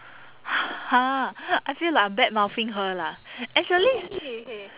!huh! I feel like I'm badmouthing her lah actually